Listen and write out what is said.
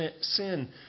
sin